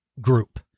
group